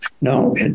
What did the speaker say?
No